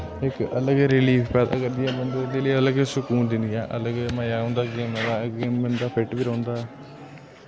इक अलग रिलीफ पैदा करदिया बंदे इक अलग सुकून दिन्दियां अलग गै मजा होंदा गेमे दा कन्नै बंदा फिट बी रौह्ंदा